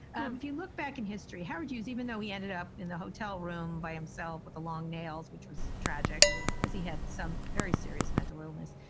and if you look back in history, how did you even though he ended up in the hotel room by himself with a long nails, which was tragic because he had some very serious mental illness.